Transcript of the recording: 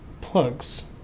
plugs